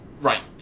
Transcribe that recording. Right